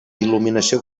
il·luminació